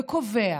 וקובע